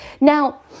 Now